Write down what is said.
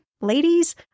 ladies